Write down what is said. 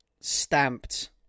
stamped